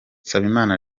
nsabimana